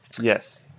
yes